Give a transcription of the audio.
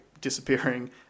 disappearing